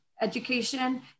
education